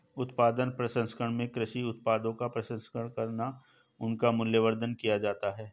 उत्पाद प्रसंस्करण में कृषि उत्पादों का प्रसंस्करण कर उनका मूल्यवर्धन किया जाता है